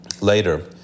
Later